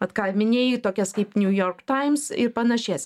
vat ką minėjai tokias kaip new york times ir panašias